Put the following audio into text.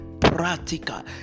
practical